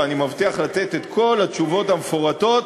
ואני מבטיח לתת את כל התשובות המפורטות